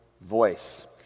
voice